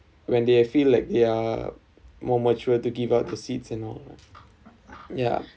when they feel like they are more mature to give out the seat and all lah ya